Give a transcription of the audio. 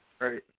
Right